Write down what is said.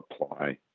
apply